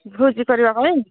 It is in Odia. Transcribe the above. ଭୋଜି କରିବା ଭାଇ